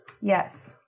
Yes